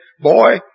Boy